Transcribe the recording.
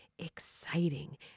exciting